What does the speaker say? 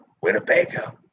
Winnebago